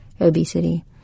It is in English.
obesity